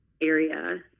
area